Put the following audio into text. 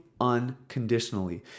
unconditionally